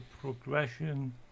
progression